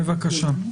בבקשה.